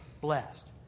blessed